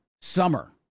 summer